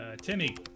timmy